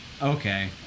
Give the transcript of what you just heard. Okay